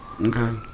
Okay